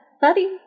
Buddy